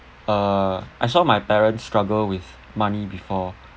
uh I saw my parents struggle with money before